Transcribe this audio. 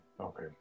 Okay